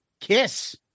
Kiss